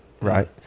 right